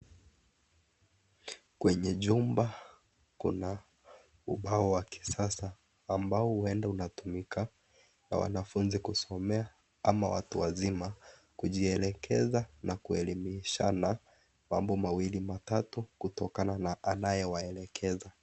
Kwenye chumba kuna ubao wa kisasa ambao huenda unatumika na wanafunzi kusomea, ama watu wazima kujielekeza na kuelimishana mambo mawili matatu kutokana na anayewaelekeza.